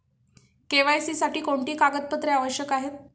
KYC साठी कोणती कागदपत्रे आवश्यक आहेत?